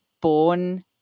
born